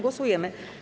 Głosujemy.